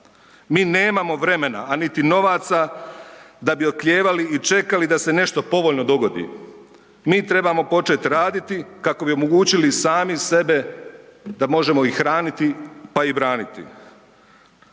Mi nemamo vremena, a niti novaca da bi oklijevali i čekali da se nešto povoljno dogodi, mi trebamo početi raditi kao bi omogućili sami sebe da možemo i hraniti pa i braniti.